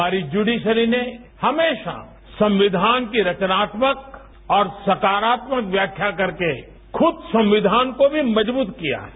हमारी ज्यूडियारी ने हमेशा संक्वान की रचनात्मक और सकारात्मक व्याख्या करके खुद संक्वान को भी मजबूत किया है